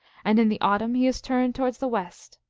and in the autumn he is turned towards the west,